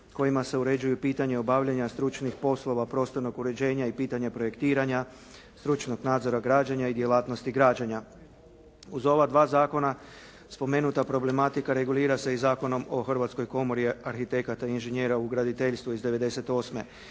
kojima se uređuju pitanja obavljanja stručnih poslova prostornog uređenja i pitanja projektiranja stručnog nadzora građenja i djelatnosti građenja. Uz ova dva zakona spomenuta problematika regulira se i Zakonom o Hrvatskoj komori arhitekata i inženjera u graditeljstvu iz '98.